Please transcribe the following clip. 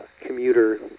commuter